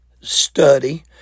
study